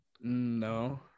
No